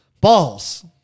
Balls